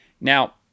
now